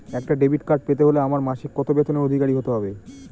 একটা debit card পেতে হলে আমার মাসিক কত বেতনের অধিকারি হতে হবে?